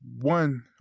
one